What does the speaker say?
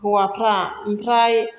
हौवाफ्रा ओमफ्राय